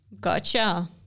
Gotcha